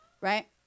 right